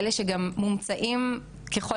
בויצ"ו יש לנו מקלטים,